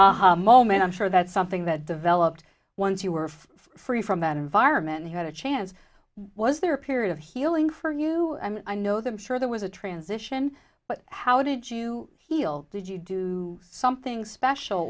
aha moment i'm sure that something that developed once you were free from that environment had a chance was there a period of healing for you i know them sure there was a transition but how did you feel did you do something special